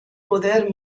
poder